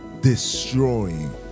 destroying